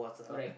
correct